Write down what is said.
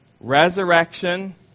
resurrection